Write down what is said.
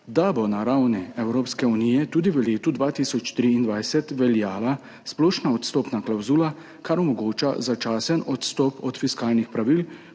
da bo na ravni Evropske unije tudi v letu 2023 veljala splošna odstopna klavzula, kar omogoča začasen odstop od fiskalnih pravil,